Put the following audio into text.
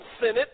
Senate